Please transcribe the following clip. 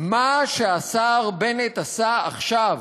מה שהשר בנט עשה עכשיו